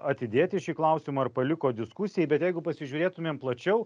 atidėti šį klausimą ar paliko diskusijai bet jeigu pasižiūrėtumėm plačiau